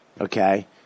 Okay